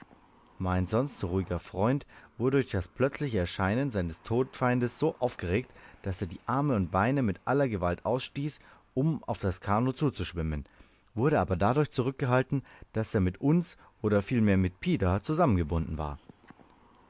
mein sonst so ruhiger freund wurde durch das so plötzliche erscheinen seines todfeindes so aufgeregt daß er die arme und beine mit aller gewalt ausstieß um auf das kanoe zuzuschwimmen wurde aber dadurch zurückgehalten daß er mit uns oder vielmehr mit pida zusammengebunden war